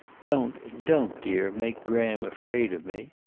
don't, don't, dear, make graham afraid of me.